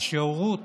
שהורות